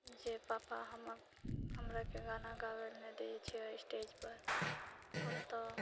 जे पपा हमर हमराके गाना नहि गाबैलऽ दैछै स्टेज पर हम तऽ